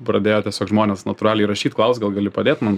pradėjo tiesiog žmonės natūraliai rašyt klaust gal gali padėt man